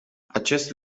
acest